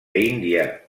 índia